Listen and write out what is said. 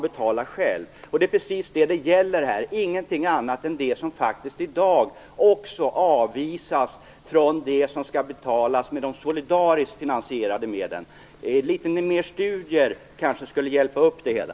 Det är precis det det gäller här; ingenting annat än det som faktiskt också i dag avvisas från det som skall betalas med de solidariskt finansierade medlen. Litet mer studier kanske skulle hjälpa upp det hela.